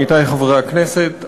עמיתי חברי הכנסת,